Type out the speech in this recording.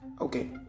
Okay